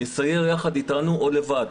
יסייר יחד איתנו או לבד.